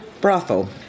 brothel